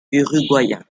uruguayen